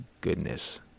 goodness